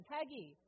Peggy